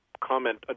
comment